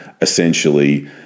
essentially